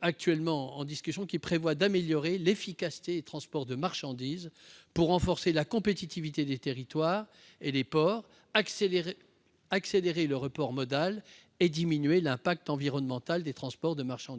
actuellement en discussion, qui prévoit d'améliorer l'efficacité des transports de marchandises afin de renforcer la compétitivité des territoires et des ports, d'accélérer le report modal et de diminuer l'impact environnemental du fret.